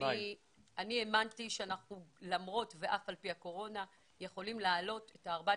מאי האמנתי שלמרות ואף על פי הקורונה אנחנו יכולים להעלות 4,500,